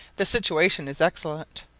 the situation is excellent.